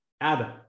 Adam